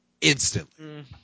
Instantly